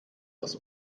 das